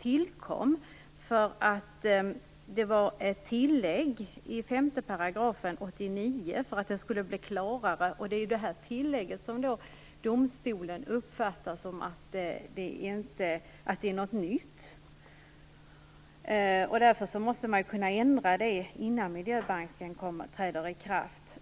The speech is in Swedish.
1989 gjordes ett tillägg i § 5 för att den skulle bli klarare, och det är detta tillägg som domstolen uppfattar som nytt. Därför måste man kunna ändra det innan miljöbalken träder i kraft.